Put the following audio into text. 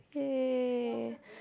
!yay!